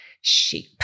sheep